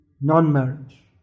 non-marriage